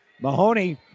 Mahoney